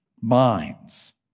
minds